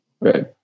right